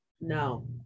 no